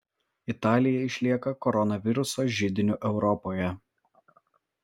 italija išlieka koronaviruso židiniu europoje